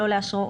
לא לאשרו,